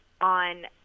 on